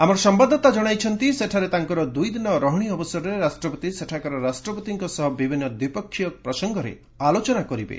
ଆମର ସମ୍ଭାଦଦାତା ଜଣାଇଛନ୍ତି ସେଠାରେ ତାଙ୍କର ଦୁଇଦିନ ରହଣୀ ଅବସରରେ ରାଷ୍ଟ୍ରପତି ସେଠାକାର ରାଷ୍ଟ୍ରପତିଙ୍କ ସହ ବିଭିନ୍ନ ଦ୍ୱିପକ୍ଷିୟ ପ୍ରସଙ୍ଗରେ ଆଲୋଚନା କରିବେ